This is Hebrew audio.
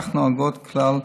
כך נוהגות כלל